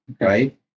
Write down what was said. right